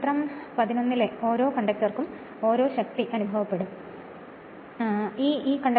ചിത്രം 11 ലെ ഓരോ കണ്ടക്ടർക്കും ഒരു ശക്തി അനുഭവപ്പെടും അത് എങ്ങനെ അനുഭവപ്പെടുമെന്ന് ഞാൻ നിങ്ങളോട് പറഞ്ഞു